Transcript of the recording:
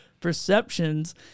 perceptions